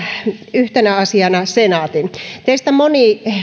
yhtenä asiana senaatin teistä moni